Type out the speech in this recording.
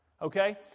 Okay